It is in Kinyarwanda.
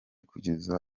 kugeza